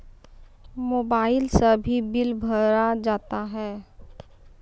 Mobile से भी bill भरा जाता हैं?